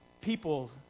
people